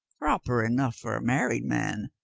proper enough for a married man,